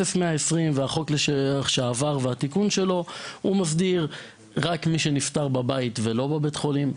0120* והחוק שעבר מתייחסים רק למי שנפטר בבית ולא בבית החולים,